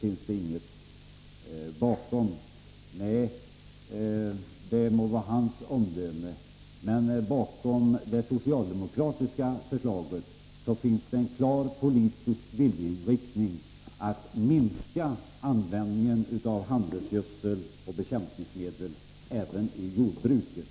Det må vara hans bedömning, men bakom det socialdemokratiska förslaget finns en klar politisk viljeinriktning att minska användningen av handelsgödsel och kemiska bekämpningsmedel även i jordbruket.